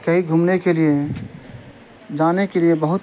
کہیں گھومنے کے لیے جانے کے لیے بہت